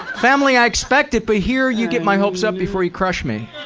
family i expect it, but here you get my hopes up before you crush me